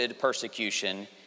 persecution